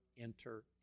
enter